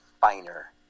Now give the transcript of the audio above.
finer